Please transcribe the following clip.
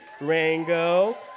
Rango